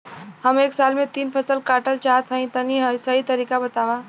हम एक साल में तीन फसल काटल चाहत हइं तनि सही तरीका बतावा?